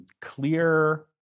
clear